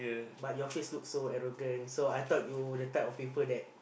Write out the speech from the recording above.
but your face look so arrogant so I thought you the type of people that